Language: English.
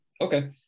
Okay